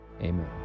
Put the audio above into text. Amen